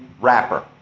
wrapper